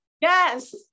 yes